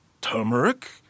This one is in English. turmeric